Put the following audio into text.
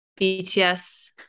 bts